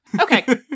Okay